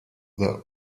the